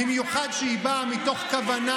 במיוחד כשהיא באה מתוך כוונה